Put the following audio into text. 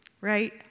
right